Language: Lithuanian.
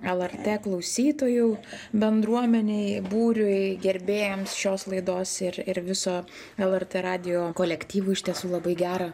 lrt klausytojų bendruomenei būriui gerbėjams šios laidos ir ir viso lrt radijo kolektyvui iš tiesų labai gera